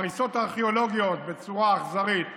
הריסות ארכיאולוגיות, בצורה אכזרית,